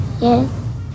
Yes